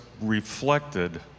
reflected